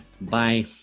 bye